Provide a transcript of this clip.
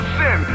sin